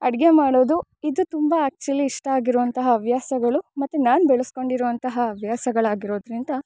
ಅಡುಗೆ ಮಾಡೊದು ಇದು ತುಂಬ ಆ್ಯಕ್ಚುಲಿ ಇಷ್ಟ ಆಗಿರುವಂಥ ಹವ್ಯಾಸಗಳು ಮತ್ತು ನಾನು ಬೆಳೆಸ್ಕೊಂಡಿರೊವಂತಹ ಹವ್ಯಾಸಗಳಾಗಿರೋದ್ರಿಂದ